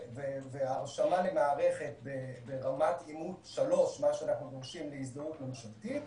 וההרשמה למערכת ברמת אימות 3 מה שאנחנו דורשים להזדהות ממשלתית,